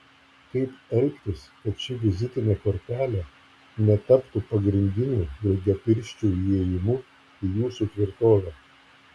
kaip elgtis kad ši vizitinė kortelė netaptų pagrindiniu ilgapirščių įėjimu į jūsų tvirtovę